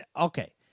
okay